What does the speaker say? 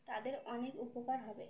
তাদের অনেক উপকার হবে